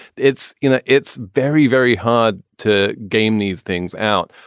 it's you know, it's very, very hard to game these things out.